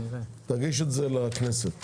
הרי כל החוק הזה הוא בשביל לפתור לכם את הבעיות.